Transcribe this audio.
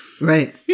Right